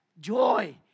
joy